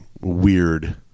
weird